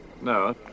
No